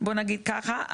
בוא נגיד ככה,